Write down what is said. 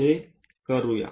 तर आपण हे करूया